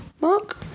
Mark